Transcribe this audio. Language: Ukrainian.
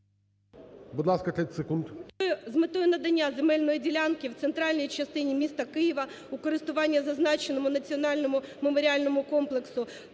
Будь ласка, 30 секунд.